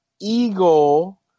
Eagle